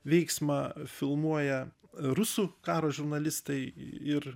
veiksmą filmuoja rusų karo žurnalistai ir